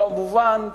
כמובן,